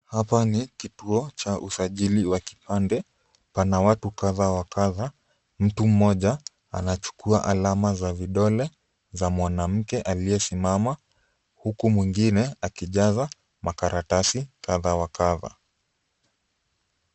Hapa ni kituo cha usajili wa kipande, pana watu kadha wa kadha, mtu mmoja anachukua alama za vidole za mwanamke aliyesimama huku mwingine akijaza makaratasi kadha wa kadha.